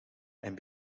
and